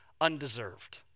undeserved